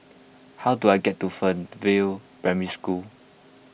how do I get to Fernvale Primary School